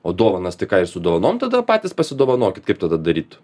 o dovanas tai ką ir su dovanom tada patys pasidovanokit kaip tada daryt